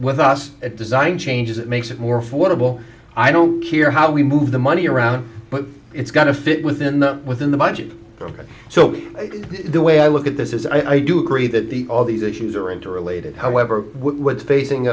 with us design changes it makes it more affordable i don't keer how we move the money around but it's got to fit within the within the budget ok so the way i look at this is i do agree that the all these issues are interrelated however with facing